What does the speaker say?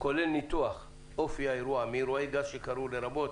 כולל ניתוח אופי האירוע מאירועי גז שקרו לרבות